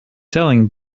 selling